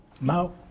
Now